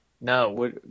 No